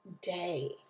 day